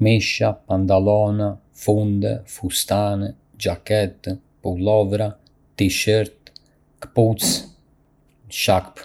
Ka shumë lloje artikujsh veshjesh, si këmisha, pantallona, funde, fustane, xhaketë, pulovra, t-shirt, këpucë, çorape dhe kape. Çdo njëri nga këta artikuj ka një përdorim të veçantë dhe mund të vishet në raste të ndryshme.